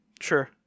Sure